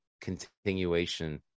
continuation